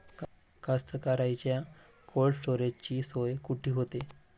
कास्तकाराइच्या कोल्ड स्टोरेजची सोय कुटी होते?